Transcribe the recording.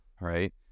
right